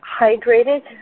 hydrated